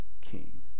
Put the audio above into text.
king